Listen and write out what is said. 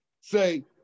say